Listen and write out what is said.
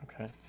Okay